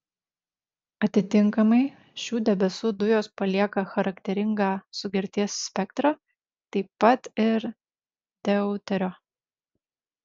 atitinkamai šių debesų dujos palieka charakteringą sugerties spektrą taip pat ir deuterio